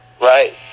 Right